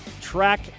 track